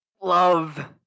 Love